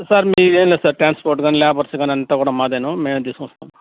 sir మీది ఏమి లేదు సార్ ట్రాన్స్పోర్ట్ కాని లేబర్స్ కాని అంతా కూడా మాదేనూ మేమే తీసుకొస్తాము